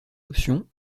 option